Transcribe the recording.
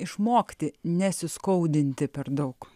išmokti nesiskaudinti per daug